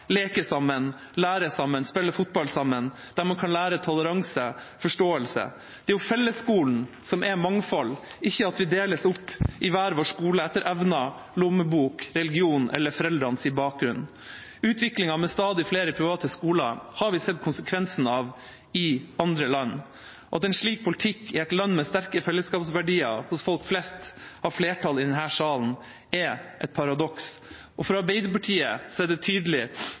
leker sammen, lærer sammen, spiller fotball sammen, der man kan lære toleranse og forståelse. Det er fellesskolen som er mangfold – ikke at vi deles opp i hver vår skole etter evner, lommebok, religion eller foreldrenes bakgrunn. Utviklingen med stadig flere private skoler har vi sett konsekvensene av i andre land, og at en slik politikk, i et land med sterke fellesskapsverdier hos folk flest, har flertall i denne salen, er et paradoks. For Arbeiderpartiet er det tydelig